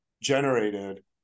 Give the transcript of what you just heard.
generated